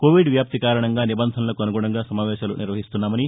Covid వ్యాప్తి కారణంగా నిబంధనలకు అనుగుణంగా సమావేశాలను నిర్వహిస్తున్నామని